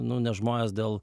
nu nes žmonės dėl